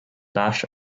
bash